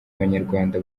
abanyarwanda